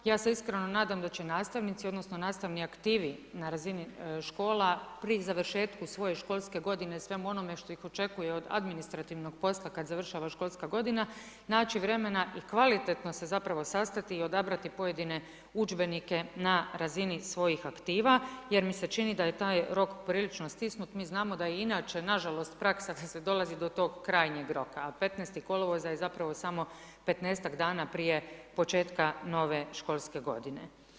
Ja se iskreno nadam da će nastavnici odnosno nastavni aktivi na razini škola, pri završetku svoje školske godine u svemu onome što ih očekuje od administrativnog posla kad završava školska godina, naći vremena i kvalitetno se zapravo sastati i odabrati pojedine udžbenike na razini svojih aktiva jer mi se čini da je taj rok prilično stisnut, mi znamo da je inače nažalost praksa da se dolazi do tog krajnjeg roka a 15. kolovoza je zapravo samo 15-ak dana prije početka nove školske godine.